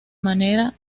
manera